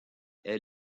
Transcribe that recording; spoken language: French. est